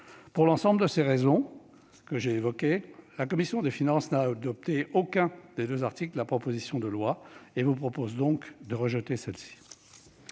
Pour l'ensemble des raisons que j'ai évoquées, la commission des finances n'a adopté aucun des deux articles de la proposition de loi et vous propose donc de rejeter celle-ci.